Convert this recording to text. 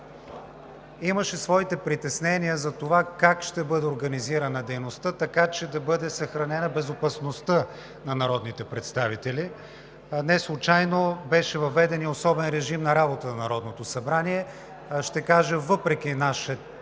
имаше своите притеснения за това как ще бъде организирана дейността, така че да бъде съхранена безопасността на народните представители. Неслучайно беше въведен и особен режим на работа на Народното събрание, ще кажа, въпреки нашето